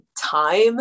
time